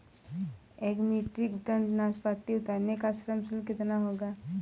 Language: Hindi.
एक मीट्रिक टन नाशपाती उतारने का श्रम शुल्क कितना होगा?